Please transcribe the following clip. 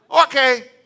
Okay